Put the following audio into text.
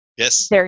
Yes